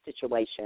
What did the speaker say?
Situation